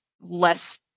less